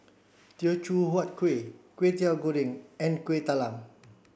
Teochew Huat Kueh Kwetiau Goreng and Kueh Talam